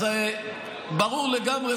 אז ברור לגמרי,